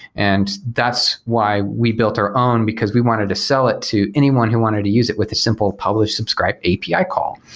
and that's why we built our own, because we wanted to sell it to anyone who wanted to use it with a simple publish-subscribe api call.